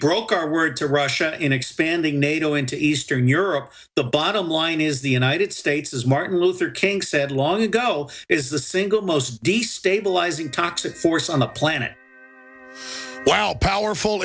broke our word to russia an expanding nato into eastern europe the bottom line is the united states as martin luther king said long ago is the single most destabilizing toxic force on the planet well powerful